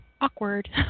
awkward